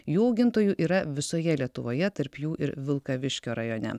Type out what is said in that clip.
jų augintojų yra visoje lietuvoje tarp jų ir vilkaviškio rajone